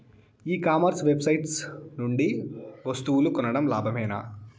ఈ commerce website నుండి వస్తువులు కొనడం లాభమేనా?